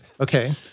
Okay